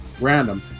random